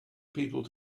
people